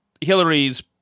Hillary's